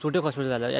छोटे कॉस्पेट झालं